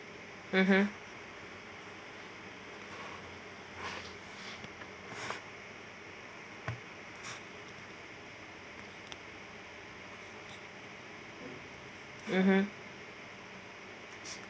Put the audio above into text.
mmhmm mmhmm